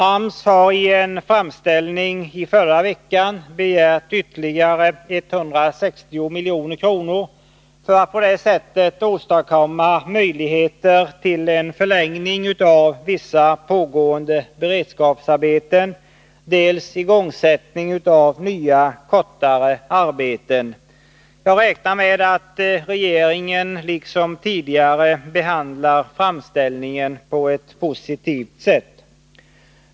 AMS har i en framställning i förra veckan begärt ytterligare 160 milj.kr. för att på det sättet åstadkomma möjligheter till en förlängning av vissa pågående beredskapsarbeten och en igångsättning av nya, kortvarigare arbeten. Jag räknar med att regeringen liksom tidigare behandlar framställningen på ett positivt sätt.